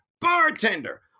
bartender